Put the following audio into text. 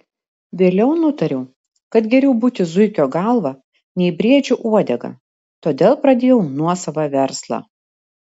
vėliau nutariau kad geriau būti zuikio galva nei briedžio uodega todėl pradėjau nuosavą verslą